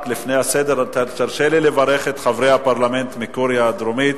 הרשו לי לברך את חברי הפרלמנט מקוריאה הדרומית.